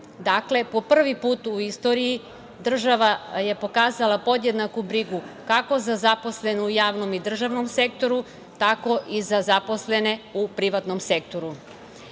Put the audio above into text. Dakle, po prvi put u istoriji država je pokazala podjednaku brigu kako za zaposlene u javnom i državnom sektoru, tako i za zaposlene u privatnom sektoru. Koliko